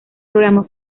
programa